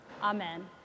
Amen